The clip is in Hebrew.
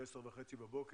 ב-10:30.